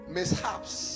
Mishaps